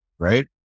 Right